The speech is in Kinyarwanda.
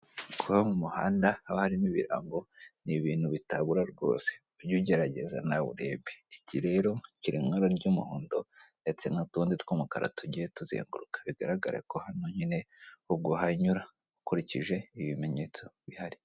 Kuba mu muhanda haba harimo ibirango, ni ibintu bitabura rwose, ujye ugerageza nawe urebe. Iki rero kiri mu ibara ry'umuhondo ndetse n'utundi tw'umukara tugiye tuzenguruka. Bigaragare ko hano nyine ubwo uhanyura, ukurikije ibimenyetso bihari.